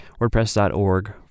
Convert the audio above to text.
wordpress.org